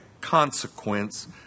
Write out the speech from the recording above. consequence